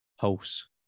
pulse